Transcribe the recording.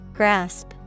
Grasp